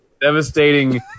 devastating